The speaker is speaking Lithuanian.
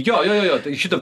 jo jo jo jo tai šito